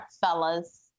fellas